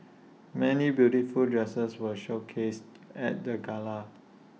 many beautiful dresses were showcased at the gala